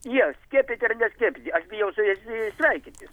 jie skiepyti ar neskiepyti aš bijau su jais sveikintis